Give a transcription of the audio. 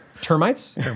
Termites